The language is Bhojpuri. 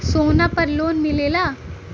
सोना पर लोन मिलेला?